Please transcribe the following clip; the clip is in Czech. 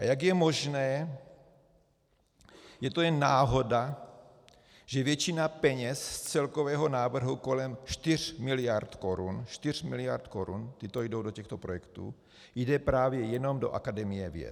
Jak je možné, je to jen náhoda, že většina peněz z celkového návrhu kolem 4 miliard korun 4 miliard korun, tyto jdou do těchto projektů jde právě jenom do Akademie věd?